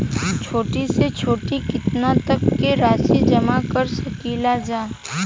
छोटी से छोटी कितना तक के राशि जमा कर सकीलाजा?